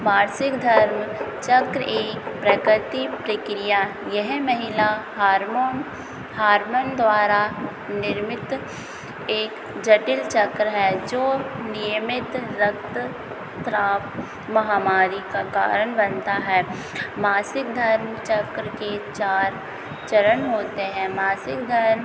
मासिक धर्म चक्र एक प्रकर्ति प्रक्रिया यह महिला हारमोन हारमन द्वारा निर्मित एक जटिल चक्र है जो नियमित रक्त स्राव महामारी का कारण बनता है मासिक धर्म चक्र के चार चरण होते हैं मासिक धर्म